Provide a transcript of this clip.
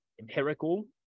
empirical